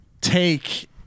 take